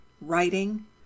writing